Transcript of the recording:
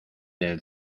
del